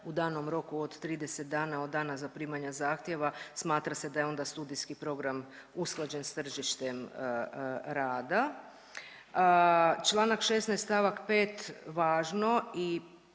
u danom roku od 30 dana od dana zaprimanja zahtjeva smatra se da je onda studijski program usklađen s tržištem rada. Čl. 16. st. 5., važno i